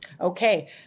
Okay